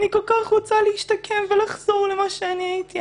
אני כל כך רוצה להשתקם ולחזור למה שאני הייתי.